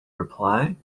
reply